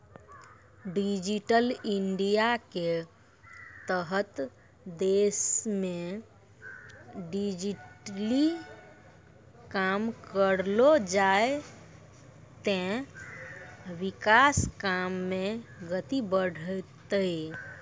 digital इंडियाके तहत देशमे डिजिटली काम करलो जाय ते विकास काम मे गति बढ़तै